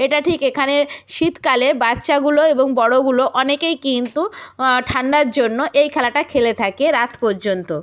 এটা ঠিক এখানে শীতকালে বাচ্চাগুলো এবং বড়োগুলো অনেকেই কিন্তু ঠান্ডার জন্য এই খেলাটা খেলে থাকে রাত পর্যন্ত